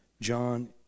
John